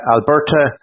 Alberta